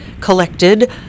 collected